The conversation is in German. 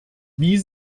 wie